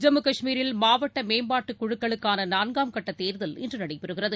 ஜம்முகாஷ்மீரில் மாவட்டமேம்பாட்டுகுழுக்களுக்கானநான்காம்கட்டதேர்தல் இன்றுநடைபெறுகிறது